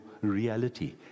reality